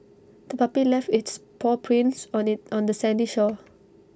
the puppy left its paw prints on the on the sandy shore